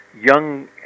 young